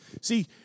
See